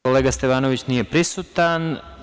Kolega Stevanović nije prisutan.